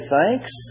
thanks